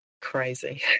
crazy